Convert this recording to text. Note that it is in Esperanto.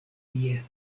tie